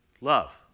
love